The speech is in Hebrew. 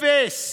אפס.